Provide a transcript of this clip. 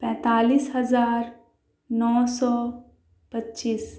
پینتالیس ہزار نو سو پچیس